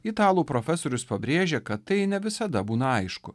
italų profesorius pabrėžė kad tai ne visada būna aišku